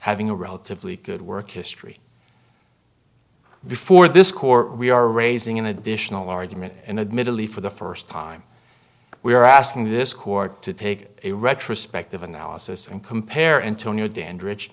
having a relatively good work history before this court we are raising an additional argument and admittedly for the first time we are asking this court to take a retrospective analysis and compare antonio dandri